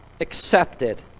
accepted